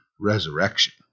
resurrection